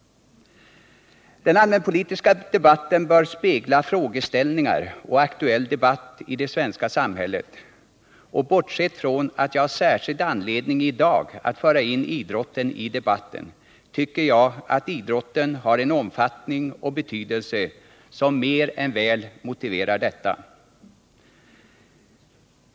Den allmänpolitiska debatten bör spegla frågeställningar och aktuell debatt i det svenska samhället, och bortsett från att jag har särskild anledning i dag att föra in idrotten i debatten tycker jag att idrotten har en omfattning och betydelse som mer än väl motiverar detta.